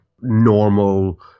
normal